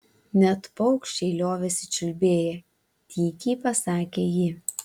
net paukščiai liovėsi čiulbėję tykiai pasakė ji